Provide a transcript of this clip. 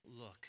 look